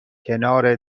کنار